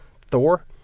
Thor